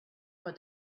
for